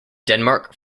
denmark